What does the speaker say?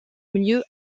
milieu